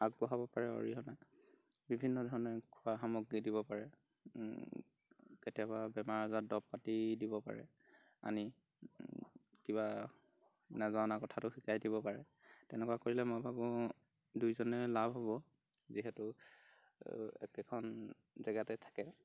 আগবঢ়াব পাৰে অৰিহণা বিভিন্ন ধৰণে খোৱা সামগ্ৰী দিব পাৰে কেতিয়াবা বেমাৰ আজৰত দৰৱ পাতি দিব পাৰে আনি কিবা নজনা কথাটো শিকাই দিব পাৰে তেনেকুৱা কৰিলে মই ভাবোঁ দুইজনৰে লাভ হ'ব যিহেতু একেখন জাগাতে থাকে